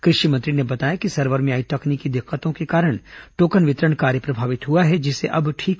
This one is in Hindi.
कृषि मंत्री ने बताया कि सर्वर में आई तकनीकी दिक्कतों के कारण टोकन वितरण कार्य प्रभावित हुआ है जिसे अब ठीक कर लिया गया है